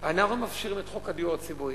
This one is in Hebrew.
אנחנו מפשירים את חוק הדיור הציבורי,